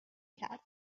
کردم